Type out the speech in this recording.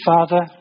Father